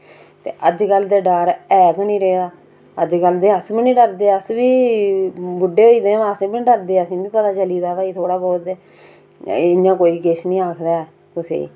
ते अज्जकल डर एह् गै निं रेहा अज्जकल ते अस बी निं डरदे अस बी बुड्ढे होई दे अस बी पता चली दा थोह्ड़ा बहुत ते भई इंया कोई किश निं आखदा ऐ कुसै गी